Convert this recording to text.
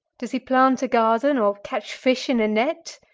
does he plant a garden or catch fish in a net?